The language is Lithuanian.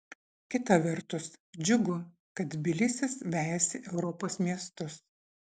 kita vertus džiugu kad tbilisis vejasi europos miestus